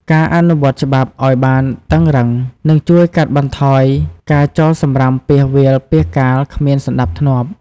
ការអនុវត្តច្បាប់ឲ្យបានតឹងរ៉ឹង នឹងជួយកាត់បន្ថយការចោលសំរាមពាសវាលពាសកាលគ្មានសណ្ដាប់ធ្នាប់។